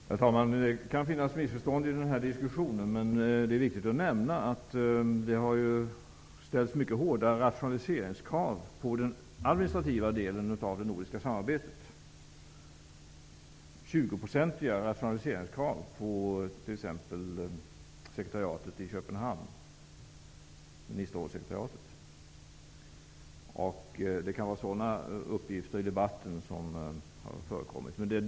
Herr talman! Det kan förekomma missförstånd i den här diskussionen. Därför är det viktigt att nämna att det har ställts mycket hårda rationaliseringskrav på den administrativa delen av det nordiska samarbetet. Det rör sig om 20 % Ministerrådets sekretariat i Köpenhamn. Det kan vara sådana uppgifter som har förekommit i debatten.